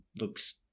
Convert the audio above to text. looks